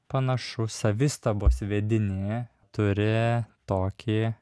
panašu savistabos vedini turi tokį